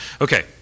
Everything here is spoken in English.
Okay